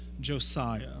Josiah